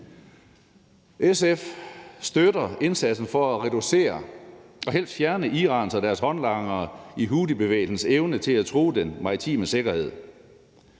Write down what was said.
SF støtter indsatsen for at reducere og helst fjerne Iran og deres håndlangere i houthibevægelsens evne til at true den maritime sikkerhed.